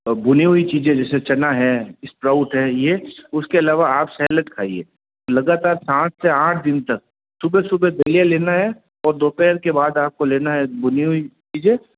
और भुनी हुई चीज़ें जैसे चना है स्प्राउट है ये उसके अलावा आप सैलेट खाईए लगातार सात से आठ दिन तक सुबह सुबह दलिया लेना है और दोपहर के बाद आपको लेना है भुनी हुई चीज़ें